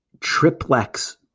triplex